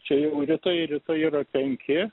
čia jau rytai rytai yra penki